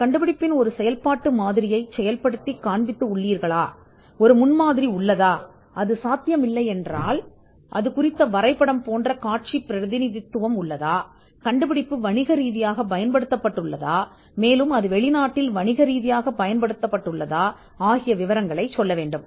கண்டுபிடிப்பின் ஒரு உழைக்கும் எடுத்துக்காட்டு இப்போது கண்டுபிடிப்பின் ஒரு முன்மாதிரி உள்ளது அது முடியாவிட்டால் ஒரு காட்சி பிரதிநிதித்துவம் ஒரு வரைதல் மற்றும் கண்டுபிடிப்பு வணிக ரீதியாக சுரண்டப்பட்டதா அது வெளிநாட்டில் சுரண்டப்பட்டதா என்று சொல்ல முடியுமா